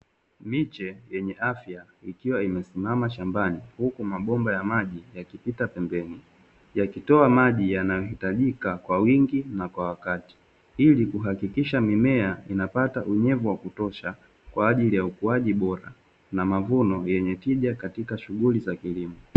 Miche yenye afya ikiwa imesimama shambani, huku mabomba ya maji yakipita pembeni, yakitoa maji yanayohitajika kwa wingi na kwa wakati ili kuhakikisha mimea inapata unyevu wa kutosha kwaajili ya ukuaji bora, na mavuno yenye tija katika shughuli za kilimo.